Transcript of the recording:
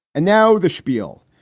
and now the spiel.